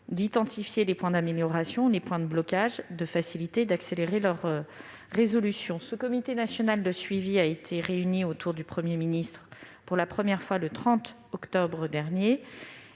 identifier les pistes d'amélioration et les points de blocage et faciliter et accélérer la levée de ces derniers. Le comité national de suivi a été réuni autour du Premier ministre pour la première fois le 30 octobre dernier.